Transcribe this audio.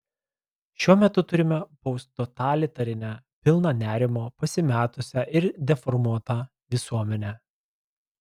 šiuo metu turime posttotalitarinę pilną nerimo pasimetusią ir deformuotą visuomenę